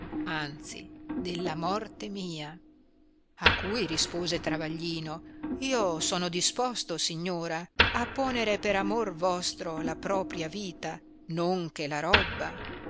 anzi della morte mia a cui rispose travaglino io sono disposto signora di ponere per amor vostro la propia vita non che la robba